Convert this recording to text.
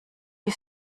die